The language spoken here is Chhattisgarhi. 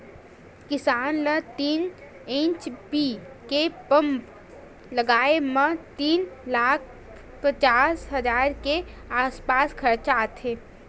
किसान ल तीन एच.पी के पंप लगाए म तीन लाख पचास हजार के आसपास खरचा आथे